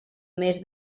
més